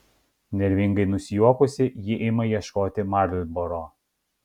nervingai nusijuokusi ji ima ieškoti marlboro